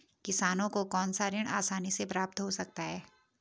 किसानों को कौनसा ऋण आसानी से प्राप्त हो सकता है?